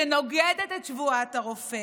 שנוגדת את שבועת הרופא,